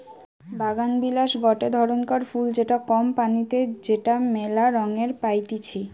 বাগানবিলাস গটে ধরণকার ফুল যেটা কম পানিতে যেটা মেলা রঙে পাইতিছি